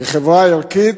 כחברה ערכית,